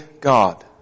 God